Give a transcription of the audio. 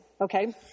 okay